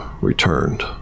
returned